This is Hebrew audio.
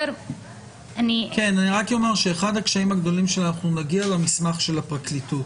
אנחנו נגיע למסמך של הפרקליטות,